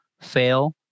fail